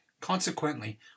Consequently